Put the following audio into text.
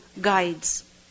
guides